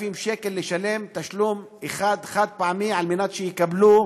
שקל בתשלום אחד חד-פעמי על מנת שיקבלו,